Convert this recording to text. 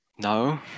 no